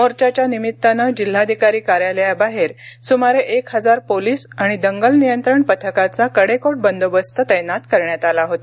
मोर्चाच्या निमित्तानं जिल्हाधिकारी कार्यालयाबाहेर सुमारे एक हजार पोलीस आणि दंगल नियंत्रण पथकाचा कडेकोट बंदोबस्त तैनात करण्यात आला होता